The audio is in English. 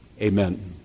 amen